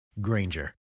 Granger